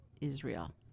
Israel